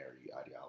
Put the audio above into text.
ideology